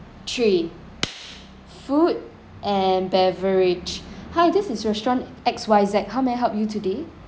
three food and beverage hi this is restaurant X Y Z how may I help you today